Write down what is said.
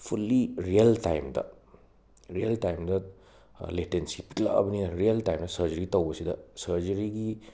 fully real ꯇꯥꯏꯝꯗ real ꯇꯥꯏꯝꯗ ꯂꯦꯇꯦꯟꯁꯤ ꯄꯤꯛꯂꯛꯂꯕꯅꯤꯅ ꯔꯤꯌꯜ ꯇꯥꯏꯝꯗ ꯁꯔꯖꯔꯤ ꯇꯧꯕꯁꯤꯗ ꯁꯔꯖꯔꯤꯒꯤ